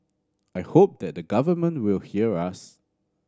I hope that the government will hear us